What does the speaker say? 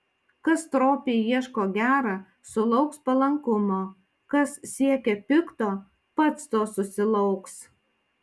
kas stropiai ieško gera sulauks palankumo kas siekia pikto pats to susilauks